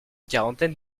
quarantaine